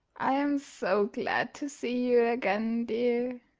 i am so glad to see you again, dear.